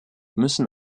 müssen